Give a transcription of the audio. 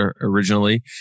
originally